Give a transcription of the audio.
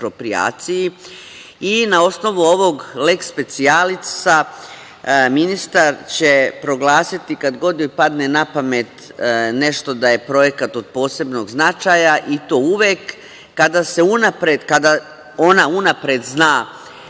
i na osnovu ovog leks specijalisa ministar će proglasiti, kad god joj padne napamet, nešto da je projekat od posebnog značaja, i to uvek kada ona unapred zna